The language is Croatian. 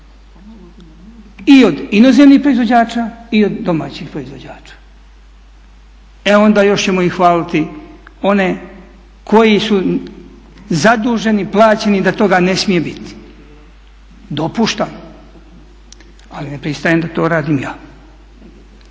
I od inozemnih proizvođača i od domaćih proizvođača. E onda još ćemo i hvaliti one koji su zaduženi, plaćeni da toga ne smije biti. Dopuštam, ali ne pristajem da to radim ja.